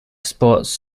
sports